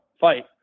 fight